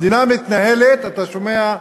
המדינה מתנהלת, אתה שומע,